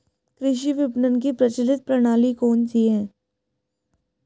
कृषि विपणन की प्रचलित प्रणाली कौन सी है?